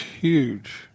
huge